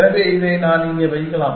எனவே இதை நான் இங்கே வைக்கலாம்